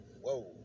whoa